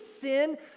sin